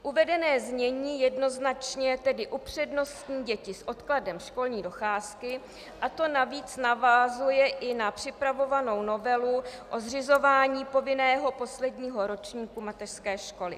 Uvedené znění jednoznačně tedy upřednostní děti s odkladem školní docházky a to navíc navazuje i na připravovanou novelu o zřizování povinného posledního ročníku mateřské školy.